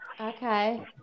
Okay